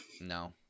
No